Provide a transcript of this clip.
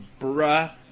bruh